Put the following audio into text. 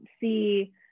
see